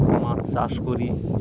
মাছ চাষ করি